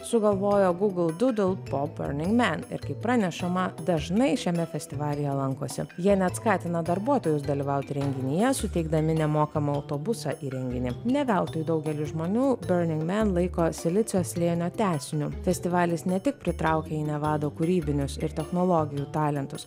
sugalvojo google doodle po burning man ir kaip pranešama dažnai šiame festivalyje lankosi jie net skatina darbuotojus dalyvauti renginyje suteikdami nemokamą autobusą į renginį ne veltui daugelis žmonių burning man laiko silicio slėnio tęsiniu festivalis ne tik pritraukia į nevadą kūrybinius ir technologijų talentus